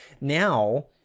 now